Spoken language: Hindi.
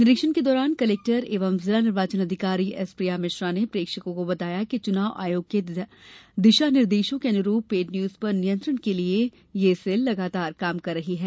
निरीक्षण के दौरान कलेक्टर एवं जिला निर्वाचन अधिकारी एस प्रिया मिश्रा ने प्रेक्षकों को बताया कि चुनाव आयोग के दिशा निर्देशों के अनुरूप पेड न्यूज पर नियंत्रण के लिए यह सेल लगातार काम कर रहा है